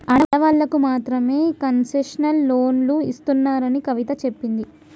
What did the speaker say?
ఆడవాళ్ళకు మాత్రమే కన్సెషనల్ లోన్లు ఇస్తున్నారని కవిత చెప్పింది